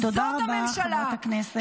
תודה רבה, חברת הכנסת.